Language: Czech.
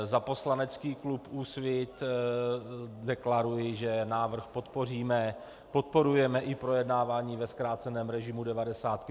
Za poslanecký klub Úsvit deklaruji, že návrh podpoříme, podporujeme i projednávání ve zkráceném režimu devadesátky.